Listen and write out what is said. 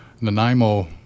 Nanaimo